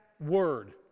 word